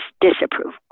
disapproval